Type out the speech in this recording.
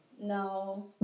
no